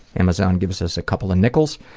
amazon gives us a couple of nickels.